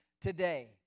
today